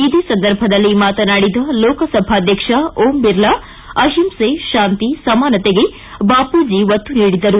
ಇದೇ ಸಂದರ್ಭದಲ್ಲಿ ಮಾತನಾಡಿದ ಲೋಕಸಭಾಧ್ಯಕ್ಷ ಓಂ ಬಿರ್ಲಾ ಅಹಿಂಸೆ ಶಾಂತಿ ಸಮಾನಶೆಗೆ ಬಾಮೂಜಿ ಒತ್ತು ನೀಡಿದ್ದರು